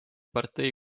partei